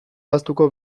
ahaztuko